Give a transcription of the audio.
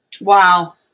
Wow